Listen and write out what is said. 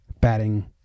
batting